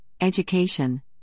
education